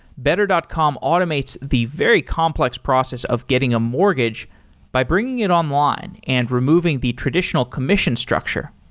better dot com automates the very complex process of getting a mortgage by bringing it online and removing the traditional commission structure,